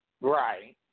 Right